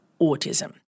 autism